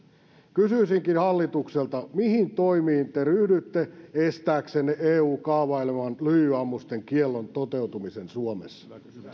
kysyisinkin hallitukselta mihin toimiin te ryhdytte estääksenne eun kaavaileman lyijyammusten kiellon toteutumisen suomessa